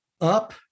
up